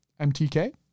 MTK